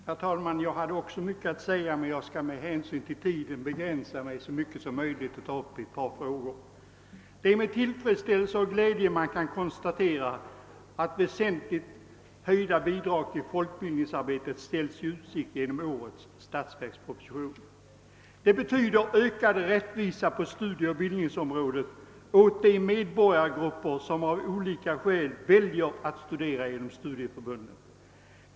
Herr talman! Jag hade i likhet med föregående talare tänkt säga mycket men skall med hänsyn till den sena tidpunkten begränsa mig så mycket som möjligt och bara ta upp ett par frågor. Det är med tillfredsställelse och glädje man kan konstatera att väsentligt höjda bidrag till folkbildningsarbetet ställts i utsikt genom årets statsverksproposition. Det betyder ökad rättvisa på studieoch utbildningsområdet åt de medborgargrupper som av olika skäl väljer att studera inom studieförbunden.